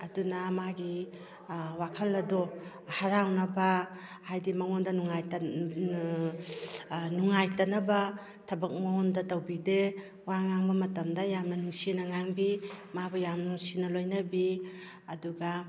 ꯑꯗꯨꯅ ꯃꯥꯒꯤ ꯋꯥꯈꯜ ꯑꯗꯣ ꯍꯔꯥꯎꯅꯕ ꯍꯥꯏꯕꯗꯤ ꯃꯉꯣꯟꯗ ꯅꯨꯡꯉꯥꯏꯇꯅꯕ ꯊꯕꯛ ꯃꯉꯣꯟꯗ ꯇꯧꯕꯤꯗꯦ ꯋꯥ ꯉꯝ ꯃꯇꯝꯗ ꯌꯥꯝꯅꯥ ꯅꯨꯡꯁꯤꯅ ꯉꯥꯡꯕꯤ ꯃꯥꯕꯨ ꯌꯥꯝ ꯅꯨꯡꯁꯤꯅ ꯂꯣꯏꯅꯕꯤ ꯑꯗꯨꯒ